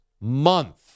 month